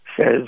says